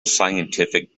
scientific